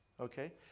okay